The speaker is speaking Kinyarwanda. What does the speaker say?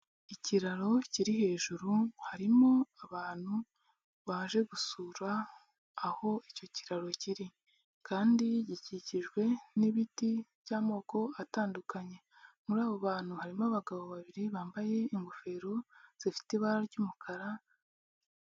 Ikiraro kiri hejuru harimo abantu baje gusura aho icyo kiraro kiri kandi gikikijwe n'ibiti by'amoko atandukanye, muri abo bantu harimo abagabo babiri bambaye ingofero zifite ibara ry'umukara.